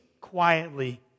quietly